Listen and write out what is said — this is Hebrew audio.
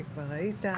כי כבר היית,